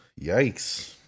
yikes